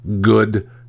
good